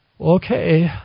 Okay